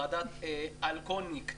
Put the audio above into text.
ועדת אלקוניק -- פילבר.